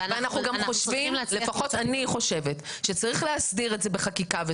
אבל אני חושבת שצריך להסדיר את זה בחקיקה.